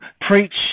preach